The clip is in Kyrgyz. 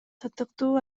татыктуу